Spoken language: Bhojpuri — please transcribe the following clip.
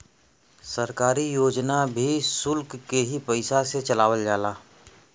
सरकारी योजना भी सुल्क के ही पइसा से चलावल जाला